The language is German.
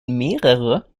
mehrere